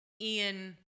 Ian